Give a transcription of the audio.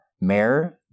mayor